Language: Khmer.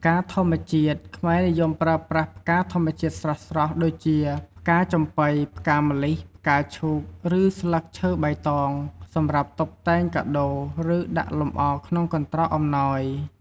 ផ្កាធម្មជាតិ ខ្មែរនិយមប្រើប្រាស់ផ្កាធម្មជាតិស្រស់ៗ ដូចជា ផ្កាចំប៉ី ផ្កាម្លិះ ផ្កាឈូក ឬ ស្លឹកឈើបៃតង សម្រាប់តុបតែងកាដូរ ឬដាក់លម្អក្នុងកន្ត្រកអំណោយ។